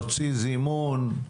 יוציא זימון,